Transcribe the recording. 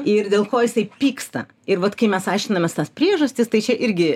ir dėl ko jisai pyksta ir vat kai mes aiškinamės tas priežastis tai čia irgi